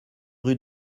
rue